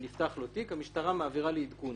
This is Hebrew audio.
אם נפתח לו תיק המשטרה מעבירה לעדכון